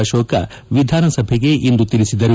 ಅಶೋಕ ವಿಧಾನಸಭೆಗಿಂದು ತಿಳಿಸಿದರು